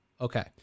Okay